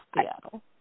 Seattle